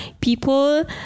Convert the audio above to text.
people